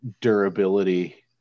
durability